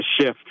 shift